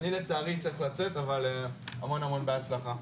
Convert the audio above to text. אני לצערי צריך לצאת אבל המון המון בהצלחה.